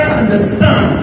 understand